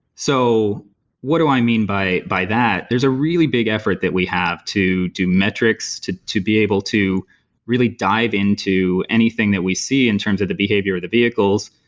so what do i mean by by that? there's a really big effort that we have to do metrics to to be able to really dive into anything that we see in terms of the behavior of the vehicles.